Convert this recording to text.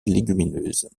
légumineuses